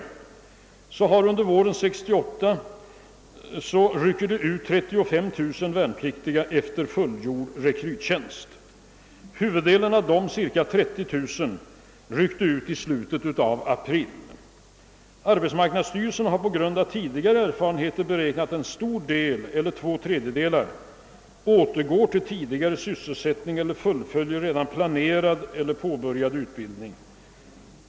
Under våren 1968 rycker cirka 35 000 värnpliktiga ut efter fullgjord rekryttjänstgöring. Huvuddelen, cirka 30 000, ryckte ut i slutet av april. Arbetsmarknadsstyrelsen har på grund av tidigare erfarenheter beräknat att en stor del, cirka 2/3, återgår till tidigare sysselsättning eller fullföljer redan planerad eller påbörjad utbildning.